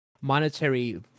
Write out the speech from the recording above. monetary